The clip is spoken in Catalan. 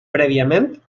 prèviament